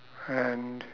and